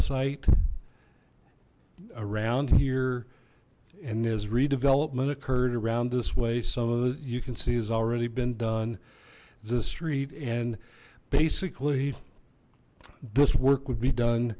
site around here and as redevelopment occurred around this way some of you can see has already been done the street and basically this work would be done